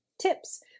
Tips